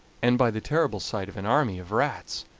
and by the terrible sight of an army of rats,